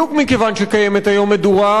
אסור לשפוך עליה שמן.